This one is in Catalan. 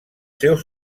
seus